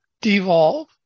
devolve